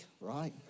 right